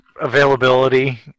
availability